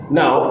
now